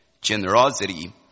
generosity